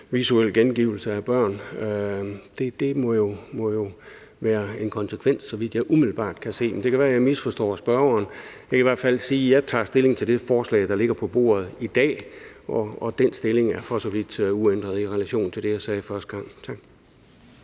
visuel gengivelse af børn. Det må jo være en konsekvens, så vidt jeg umiddelbart kan se, men det kan være, jeg misforstår spørgeren. Jeg kan i hvert fald sige, at jeg tager stilling til det forslag, der ligger på bordet i dag, og den stilling er for så vidt uændret i relation til det, jeg sagde første gang. Tak.